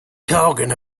talking